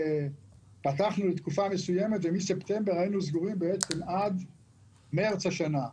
פתחנו לתקופה מסוימת ואז מספטמבר היינו סגורים עד מרץ השנה.